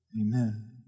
Amen